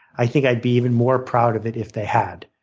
i think i'd be even more proud of it if they had.